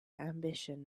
ambition